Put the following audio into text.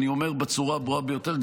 אני אומר בצורה הברורה ביותר,